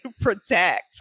protect